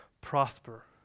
prosper